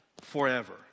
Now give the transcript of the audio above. forever